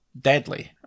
deadly